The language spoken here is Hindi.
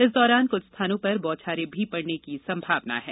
इस दौरान कुछ स्थानों पर बौछारें भी पड़ने की संभावना है